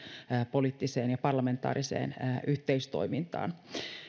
poliittiseen ja parlamentaariseen yhteistoimintaan